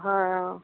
হয় অঁ